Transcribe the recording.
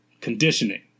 conditioning